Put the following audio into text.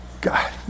God